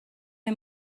این